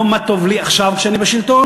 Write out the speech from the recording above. לא מה טוב לי עכשיו כשאני בשלטון,